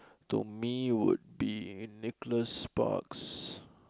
to me would be Nicholas-Sparks